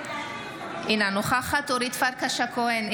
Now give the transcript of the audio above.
אינה נוכחת אורית פרקש הכהן,